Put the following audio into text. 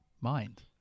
mind